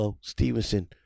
Stevenson